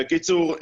בקיצור,